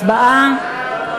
הצבעה.